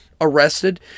arrested